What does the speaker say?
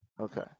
Okay